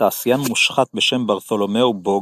תעשיין מושחת בשם ברתולומאו בוג